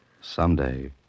Someday